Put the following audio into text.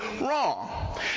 wrong